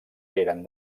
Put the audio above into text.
eren